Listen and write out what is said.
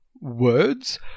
words